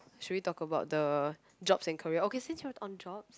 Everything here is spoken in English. should we talk about the jobs and career okay since you're on jobs